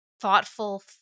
thoughtful